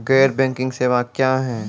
गैर बैंकिंग सेवा क्या हैं?